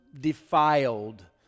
defiled